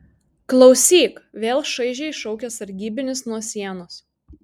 klausyk vėl šaižiai šaukia sargybinis nuo sienos